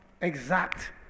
exact